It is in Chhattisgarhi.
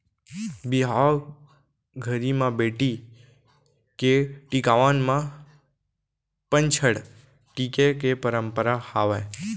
बिहाव घरी म बेटी के टिकावन म पंचहड़ टीके के परंपरा हावय